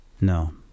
No